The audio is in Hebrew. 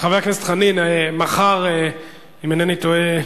חבר הכנסת חנין, מחר, אם איני טועה,